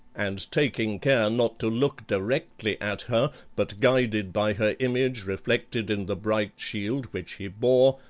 and taking care not to look directly at her, but guided by her image reflected in the bright shield which he bore,